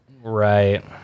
Right